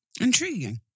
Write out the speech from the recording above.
Intriguing